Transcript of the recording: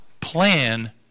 plan